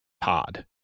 pod